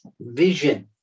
vision